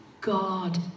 god